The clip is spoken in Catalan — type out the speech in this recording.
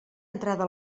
entrada